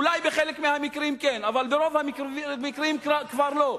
אולי בחלק מהמקרים כן, אבל ברוב המקרים כבר לא.